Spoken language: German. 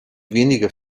weniger